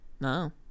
No